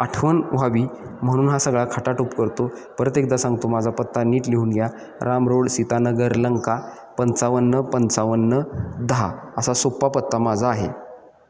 आठवण व्हावी म्हणून हा सगळा खाटाटोप करतो परत एकदा सांगतो माझा पत्ता नीट लिहून घ्या राम रोड सीतानगर लंका पंचावन्न पंचावन्न दहा असा सोपा पत्ता माझा आहे